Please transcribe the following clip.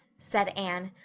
said anne.